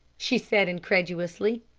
she said incredulously.